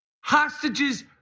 hostages